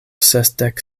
sesdek